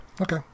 okay